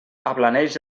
ablaneix